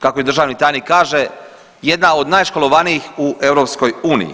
kako i državni tajnik kaže jedna od najškolovanijih u EU.